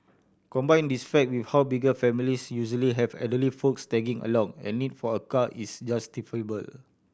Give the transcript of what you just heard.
combine this fact with how bigger families usually have elderly folks tagging along a need for a car is justifiable